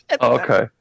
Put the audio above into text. okay